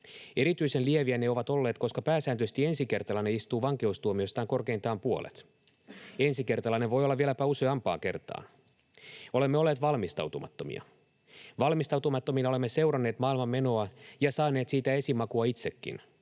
Erityisen lieviä ne ovat olleet, koska pääsääntöisesti ensikertalainen istuu vankeustuomiostaan korkeintaan puolet. Ensikertalainen voi olla vieläpä useampaan kertaan. Olemme olleet valmistautumattomia. Valmistautumattomina olemme seuranneet maailman menoa ja saaneet siitä esimakua itsekin.